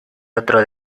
otro